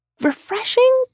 refreshing